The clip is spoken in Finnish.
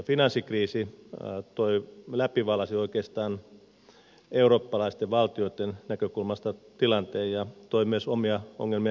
finanssikriisi läpivalaisi oikeastaan eurooppalaisten valtioitten näkökulmasta tilanteen ja toi myös omia ongelmia eurooppaan